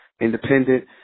independent